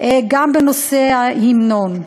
גם בנושא ההמנון.